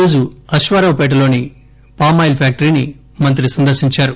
ఈ రోజు అశ్వారావుపేటలోని పామాయిల్ ఫ్యాక్టరీని మంత్రి సందర్శించారు